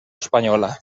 espanyola